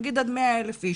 נניח עד 100,000 איש.